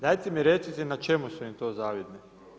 Dajte mi recite na čemu su im to zavidni?